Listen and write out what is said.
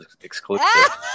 exclusive